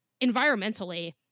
environmentally